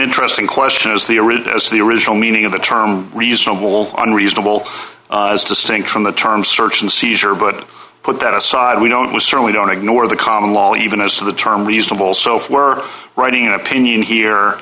interesting question as the original as the original meaning of the term reasonable and reasonable as distinct from the term search and seizure but put that aside we don't we certainly don't ignore the common law even as to the term reasonable so if we're writing an opinion here